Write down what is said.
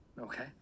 Okay